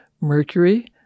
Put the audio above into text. mercury